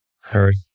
Hurry